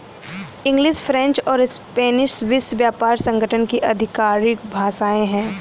English, French और Spanish विश्व व्यापार संगठन की आधिकारिक भाषाएं है